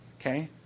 Okay